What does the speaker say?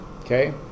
Okay